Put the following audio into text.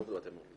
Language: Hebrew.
--- אתה מתכוון?